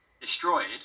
destroyed